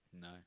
No